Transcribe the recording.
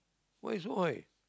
why so high